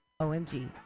OMG